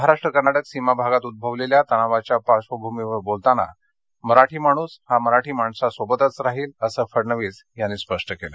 महाराष्ट्र कर्नाटक सीमा भागात उद्भवलेल्या तणावाच्या पार्श्वभूमीवर बोलताना मराठी माणूस हा मराठी माणसाबरोबरच राहील असं फडणवीस यांनी स्पष्ट केलं